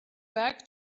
back